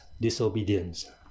disobedience